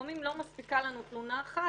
כי לפעמים לא מספיקה להם תלונה אחת,